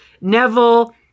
neville